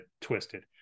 twisted